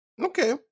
Okay